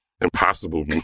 impossible